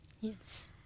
Yes